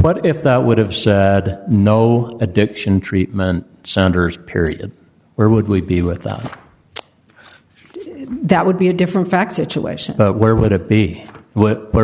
but if they would have said no addiction treatment centers period where would we be without that would be a different fact situation where would it be but where